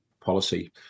policy